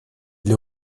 для